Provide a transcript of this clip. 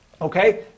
okay